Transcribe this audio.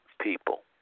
people